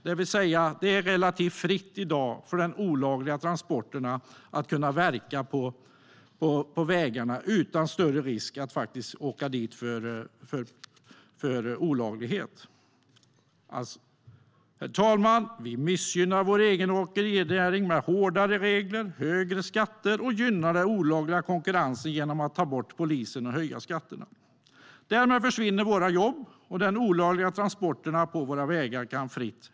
Det är alltså i dag relativt fritt för de olagliga transporterna att kunna verka på vägarna utan större risk att åka dit för olaglighet. Herr talman! Vi missgynnar vår egen åkerinäring med hårdare regler och högre skatter och gynnar den olagliga konkurrensen genom att ta bort polisen och höja skatterna. Därmed försvinner våra jobb, och de olagliga transporterna kan härja fritt på våra vägar.